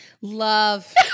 Love